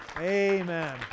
Amen